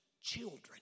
children